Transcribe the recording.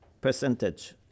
percentage